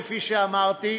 כפי שאמרתי,